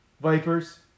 Vipers